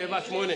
7 נמנעים,